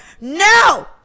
no